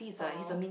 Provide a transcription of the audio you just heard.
oh